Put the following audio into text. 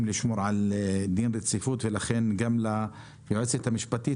לשמור על דין רציפות ולכן גם ליועצת המשפטית,